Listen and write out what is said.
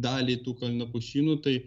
dalį tų kalnapušynų tai